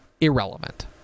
irrelevant